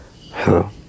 Hello